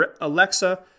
Alexa